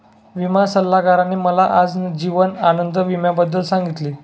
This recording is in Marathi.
विमा सल्लागाराने मला आज जीवन आनंद विम्याबद्दल सांगितले